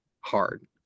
hard